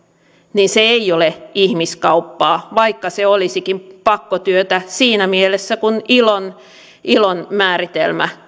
niin se ei ole ihmiskauppaa vaikka se olisikin pakkotyötä siinä mielessä kuin ilon määritelmä